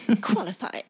qualify